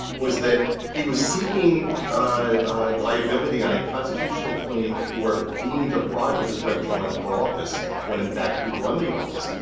was that he was seeking liability on a constitutional claim for being deprived of his right to run for office when in fact he won the office.